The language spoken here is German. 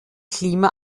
klima